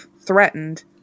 threatened